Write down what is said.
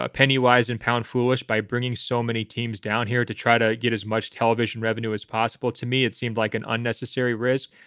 ah penny wise and pound foolish by bringing so many teams down here to try to get as much television revenue as possible. to me, it seemed like an unnecessary risk.